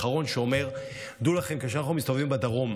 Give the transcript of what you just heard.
האחרון שאומר: דעו לכם שכשאנחנו מסתובבים בדרום,